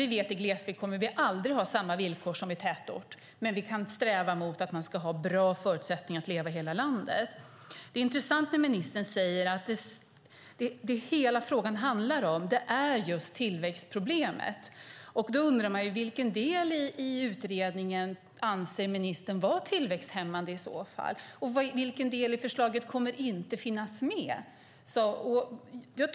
Vi vet att vi i glesbygd aldrig kommer att ha samma villkor som i tätort, men vi kan sträva mot att man ska ha bra förutsättningar att leva i hela landet. Det är intressant att ministern säger att det hela handlar om just tillväxtproblemet. Då undrar man vilken del i utredningen som ministern anser vara tillväxthämmande. Vilken del i förslaget kommer inte att finnas med?